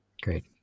Great